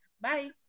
bye